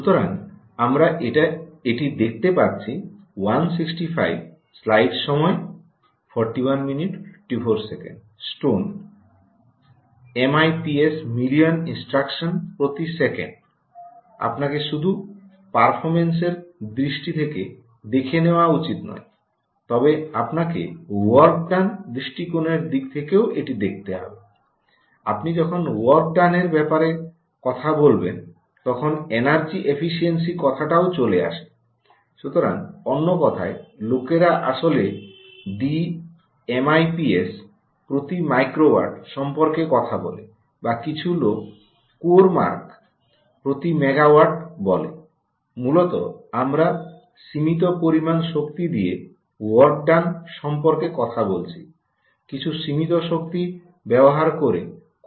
সুতরাং আমরা এটি দেখতে পাচ্ছি 165 গ্রহণ করতে দিন ধরা যাক এটা গতানুগতিক ভাবে করা হচ্ছে না